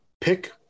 pick